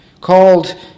called